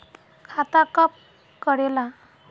खाता कब करेला?